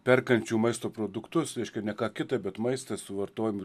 perkančių maisto produktus reiškia ne ką kitą bet maistą suvartojam